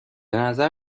نظر